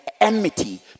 enmity